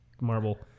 marble